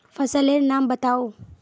फसल लेर नाम बाताउ?